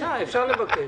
אפשר לבקש.